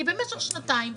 כי במשך שנתיים,